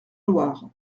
loire